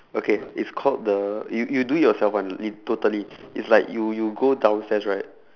okay it's called the you you do it yourself one is totally is like you you go downstairs right